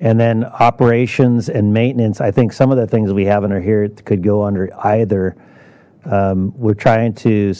and then operations and maintenance i think some of the things we haven't are here it could go under either we're trying to